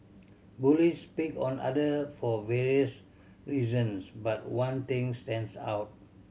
bullies pick on other for various reasons but one thing stands out